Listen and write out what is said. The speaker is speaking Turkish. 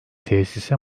tesise